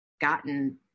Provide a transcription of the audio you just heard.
gotten